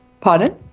Pardon